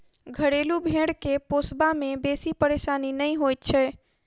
घरेलू भेंड़ के पोसबा मे बेसी परेशानी नै होइत छै